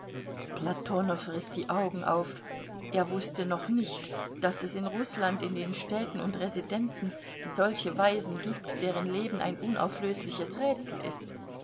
platonow riß die augen auf er wußte noch nicht daß es in rußland in den städten und residenzen solche weisen gibt deren leben ein unauflösliches rätsel ist